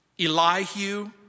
Elihu